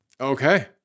okay